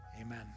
Amen